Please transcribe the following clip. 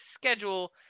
schedule